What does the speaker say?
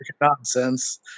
nonsense